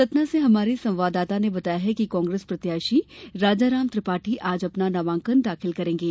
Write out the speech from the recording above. सतना से हमारे संवाददाता ने बताया है कि कांग्रेस प्रत्याशी राजाराम त्रिपाठी आज अपना नामांकन दाखिल करेंगे